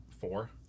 four